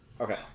Okay